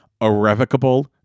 irrevocable